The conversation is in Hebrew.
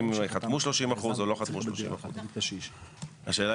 האם חתמו 30% או לא חתמו 30%. השאלה